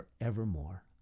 forevermore